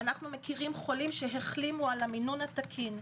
ומכירים חולים שהחלימו על המינון התקין.